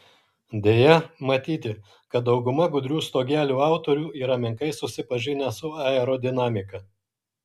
deja matyti kad dauguma gudrių stogelių autorių yra menkai susipažinę su aerodinamika